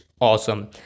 awesome